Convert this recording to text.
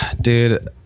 dude